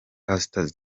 pastor